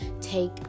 take